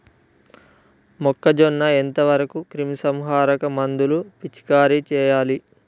మొక్కజొన్న ఎంత వరకు క్రిమిసంహారక మందులు పిచికారీ చేయాలి?